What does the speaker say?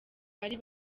bari